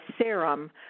serum